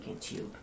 tube